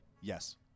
Yes